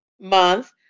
month